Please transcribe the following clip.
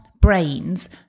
brains